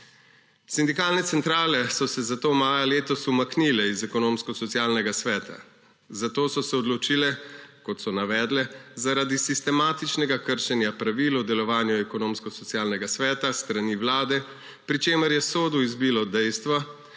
Sindikalne centrale so se zato maja letos umaknile iz Ekonomsko-socialnega sveta. Za to so se odločile, kot so navedle, zaradi sistematičnega kršenja pravil o delovanju Ekonomsko-socialnega sveta s strani Vlade, pri čemer je sodu izbilo dejstvo,